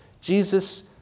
Jesus